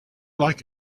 like